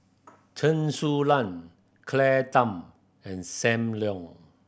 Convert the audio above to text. Chen Su Lan Claire Tham and Sam Leong